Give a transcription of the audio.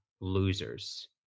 losers